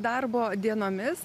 darbo dienomis